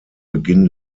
beginn